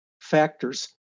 factors